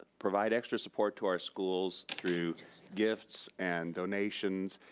provide extra support to our schools through gifts and donations,